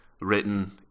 written